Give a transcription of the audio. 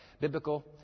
biblical